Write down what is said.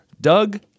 Doug